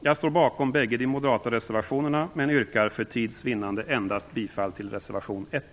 Jag står bakom bägge de moderata reservationerna men yrkar för tids vinnande endast bifall till reservation 1.